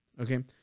okay